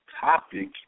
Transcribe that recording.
topic